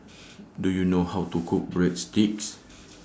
Do YOU know How to Cook Breadsticks